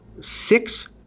six